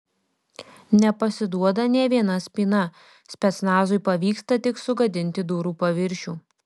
nepasiduoda nė viena spyna specnazui pavyksta tik sugadinti durų paviršių